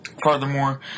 Furthermore